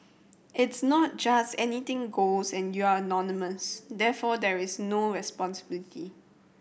it's not just anything goes and you're anonymous therefore there is no responsibility